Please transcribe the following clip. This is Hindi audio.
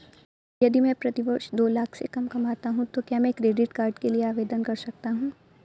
यदि मैं प्रति वर्ष दो लाख से कम कमाता हूँ तो क्या मैं क्रेडिट कार्ड के लिए आवेदन कर सकता हूँ?